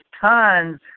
tons